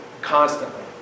Constantly